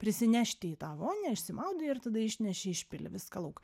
prisinešti į tą vonią išsimaudai ir tada išneši išpili viską lauk